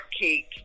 cake